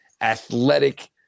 athletic